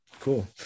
cool